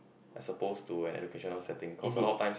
as supposed to an educational setting because a lot of times